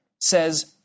says